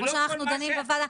כמו שאנחנו דנים בוועדה.